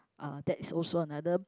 uh that is also another